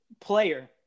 player